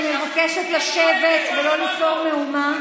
אני מבקשת לשבת ולא ליצור מהומה.